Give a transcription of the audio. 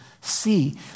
see